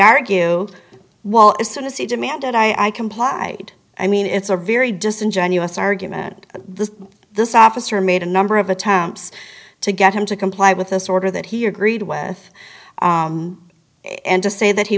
argue well as soon as he demanded i complied i mean it's a very disingenuous argument and the this officer made a number of attempts to get him to comply with us order that he agreed with and just say that he